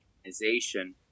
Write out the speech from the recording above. organization